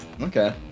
Okay